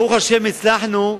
ברוך השם, הצלחנו,